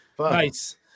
Nice